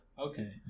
Okay